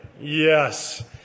Yes